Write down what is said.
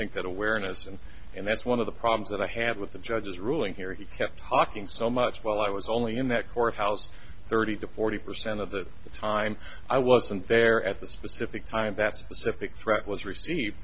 think that awareness and and that's one of the problems that i have with the judge's ruling here he kept talking so much while i was only in that courthouse thirty to forty percent of the time i wasn't there at the specific time